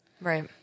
Right